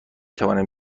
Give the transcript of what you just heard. توانم